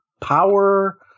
Power